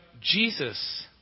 Jesus